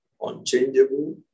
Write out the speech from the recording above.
unchangeable